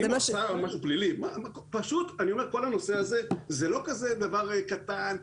אני אומר כל הנושא הזה הוא לא דבר קטן,